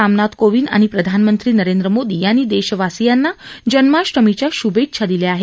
राष्ट्रपती रामनाथ कोविंद आणि प्रधानमंत्री नरेंद्र मोदी यांनी देशवासियांना जन्माष्टमीच्या श्भेच्छा दिल्या आहेत